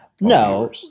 No